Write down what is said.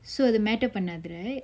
so இது:ithu matter பண்ணாது:pannathu right